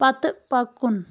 پتہٕ پکُن